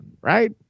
Right